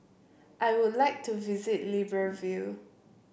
I would like to visit Libreville